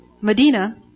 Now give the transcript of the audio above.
Medina